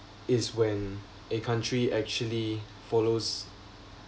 is when a country actually follows